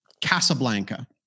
Casablanca